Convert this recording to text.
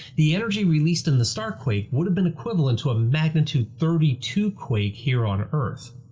the energy released in the starquake would have been equivalent to a magnitude thirty two quake here on earth.